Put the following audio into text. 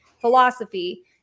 philosophy